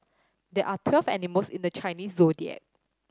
there are twelve animals in the Chinese Zodiac